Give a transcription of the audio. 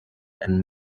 and